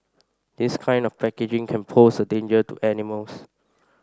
this kind of packaging can pose a danger to animals